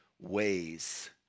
ways